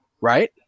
right